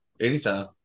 anytime